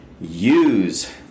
use